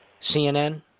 CNN